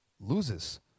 loses